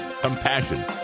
compassion